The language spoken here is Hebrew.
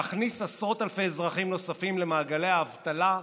מכניס עשרות אלפי אזרחים נוספים למעגלי האבטלה,